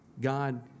God